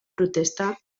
protesta